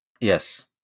Yes